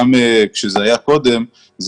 גם כשזה היה קודם,